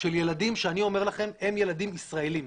של ילדים, שאני אומר לכם, הם ילדים ישראלים.